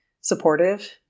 supportive